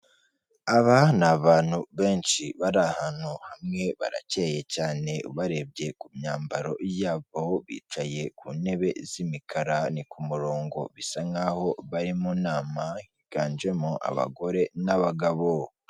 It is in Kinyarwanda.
Aba ni abantu benshi bari ahantu hamwe baracyeye cyane ubarebye ku myambaro yabo bicaye ku ntebe z'imikara ku murongo bisa nkaho bari mu nama higanjemo abagore n'abagabo.